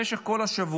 במשך כל השבוע,